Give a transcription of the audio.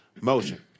Motion